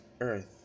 earth